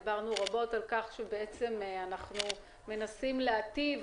דיברנו רבות על כך שאומנם אנחנו מנסים להיטיב,